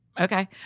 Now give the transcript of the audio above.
Okay